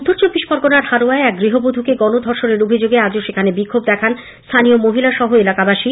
উত্তর চব্বিশ পরগনার হারোয়ায় এক গৃহবধূকে গণধর্ষণের অভিযোগে আজও সেখানে বিক্ষোভ দেখান স্থানীয় মহিলা সহ এলাকাবাসী